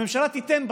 הממשלה תיתן בסוף,